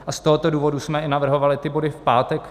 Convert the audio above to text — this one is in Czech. A z tohoto důvodu jsme i navrhovali ty body v pátek.